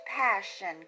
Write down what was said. passion